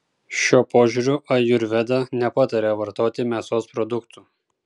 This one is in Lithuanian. šiuo požiūriu ajurveda nepataria vartoti mėsos produktų